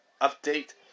update